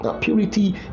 purity